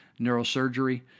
neurosurgery